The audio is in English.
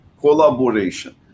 Collaboration